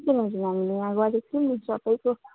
हजुर हजुर हामीले वहाँ गरेको थियौँ नि सबैको